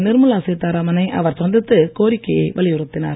நிர்மலா சீத்தாராம னை அவர் சந்தித்து கோரிக்கையை வலியுறுத்தினார்